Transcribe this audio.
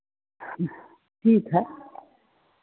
ठीक है